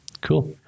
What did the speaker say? Cool